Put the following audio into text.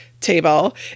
table